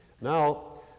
Now